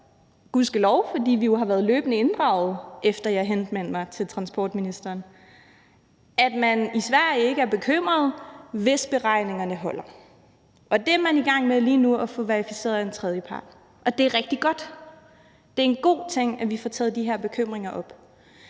gudskelov, for vi har jo løbende været inddraget, efter at jeg henvendte mig til transportministeren – at man i Sverige ikke er bekymret, hvis beregningerne holder, og det er man lige nu i gang med at få verificeret af en tredjepart, og det er rigtig godt. Det er en god ting, at vi får taget de her bekymringer op.